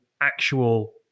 actual